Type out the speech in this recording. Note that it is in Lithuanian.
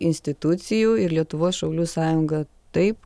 institucijų ir lietuvos šaulių sąjunga taip